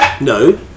No